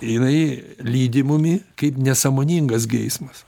jinai lydi mumi kaip nesąmoningas geismas